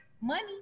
money